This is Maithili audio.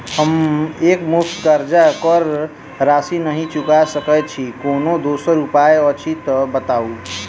हम एकमुस्त कर्जा कऽ राशि नहि चुका सकय छी, कोनो दोसर उपाय अछि तऽ बताबु?